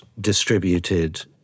distributed